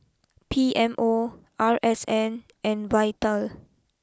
P M O R S N and Vital